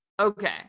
Okay